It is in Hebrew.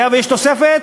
היה ויש תוספת,